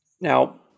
Now